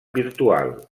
virtual